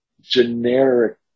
generic